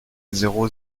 zéro